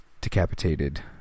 decapitated